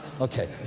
Okay